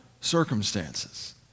circumstances